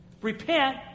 Repent